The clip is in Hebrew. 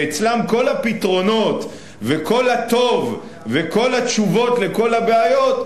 שאצלם כל הפתרונות וכל הטוב וכל התשובות לכל הבעיות,